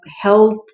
health